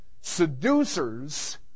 seducers